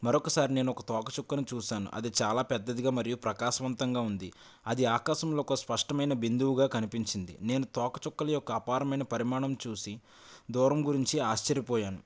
మరొకసారి నేను ఒక తోక చుక్కను చూసాను అది చాలా పెద్దదిగా మరియు ప్రకాశవంతంగా ఉంది అది ఆకాశంలో ఒక స్పష్టమైన బిందువుగా కనిపించింది నేను తోక చుక్కలు యొక్క అపారమైన పరిమాణం చూసి దూరం గురించి ఆశ్చర్యపోయాను